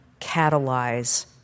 catalyze